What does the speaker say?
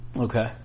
Okay